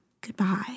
goodbye